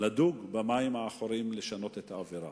לדוג במים העכורים לשנות את האווירה.